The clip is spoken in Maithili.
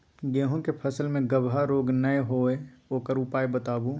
गेहूँ के फसल मे गबहा रोग नय होय ओकर उपाय बताबू?